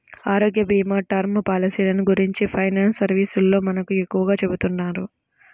ఆరోగ్యభీమా, టర్మ్ పాలసీలను గురించి ఫైనాన్స్ సర్వీసోల్లు మనకు ఎక్కువగా చెబుతున్నారు